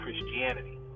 Christianity